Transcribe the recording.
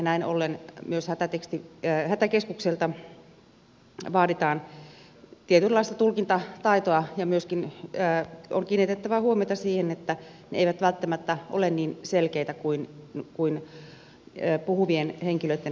näin ollen myös hätäkeskukselta vaaditaan tietynlaista tulkintataitoa ja myöskin on kiinnitettävä huomiota siihen että ne eivät välttämättä ole niin selkeitä kuin puhuvien henkilöitten käyttämät tekstiviestit